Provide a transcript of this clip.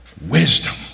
Wisdom